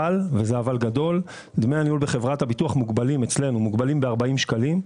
כאשר דמי הניהול בחברת הביטוח אצלנו מוגבלים ל-40 שקלים.